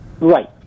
Right